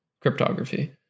cryptography